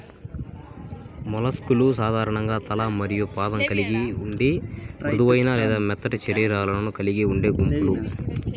mollusc లు సాధారణంగా తల మరియు పాదం కలిగి ఉండి మృదువైన లేదా మెత్తటి శరీరాలను కలిగి ఉండే గుంపులు